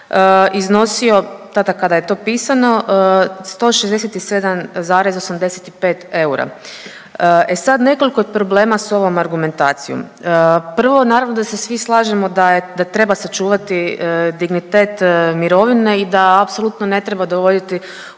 iznosio tada kada je to pisano 167,85 eura. E sad nekoliko je problema s ovom argumentacijom. Prvo naravno da se svi slažemo da je, da treba sačuvati dignitet mirovine i da apsolutno ne treba dovoditi